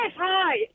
hi